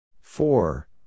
Four